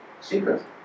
secret